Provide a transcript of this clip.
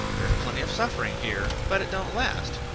there's plenty of suffering here, but it don't last.